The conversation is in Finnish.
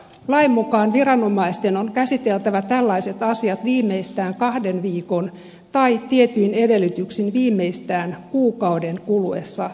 lain mukaan viranomaisten on käsiteltävä tällaiset asiat viimeistään kahden viikon tai tietyin edellytyksin viimeistään kuukauden kuluessa tietopyynnöstä